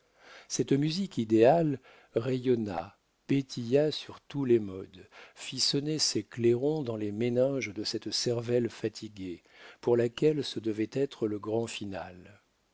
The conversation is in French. cette musique idéale rayonna pétilla sur tous les modes fit sonner ses clairons dans les méninges de cette cervelle fatiguée pour laquelle ce devait être le grand finale